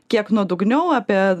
kiek nuodugniau apie